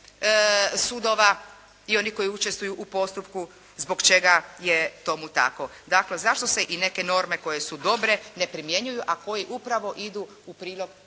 sudova i onih koji učestvuju u postupku, zbog čega je tomu tako? Dakle, zašto se i neke norme koje su dobre ne primjenjuju, a koji upravo idu u prilogu